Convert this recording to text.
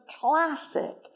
classic